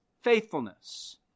faithfulness